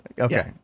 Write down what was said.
Okay